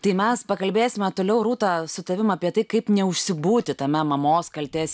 tai mes pakalbėsime toliau rūta su tavim apie tai kaip neužsibūti tame mamos kaltės